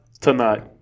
Tonight